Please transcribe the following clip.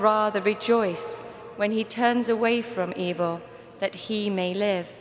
the rejoice when he turns away from evil that he may live